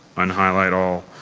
un-highlight all.